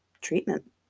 treatment